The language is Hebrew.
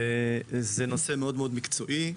זה נושא מאוד מאוד מקצועי,